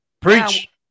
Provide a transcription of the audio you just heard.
Preach